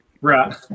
Right